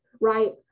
right